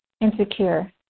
insecure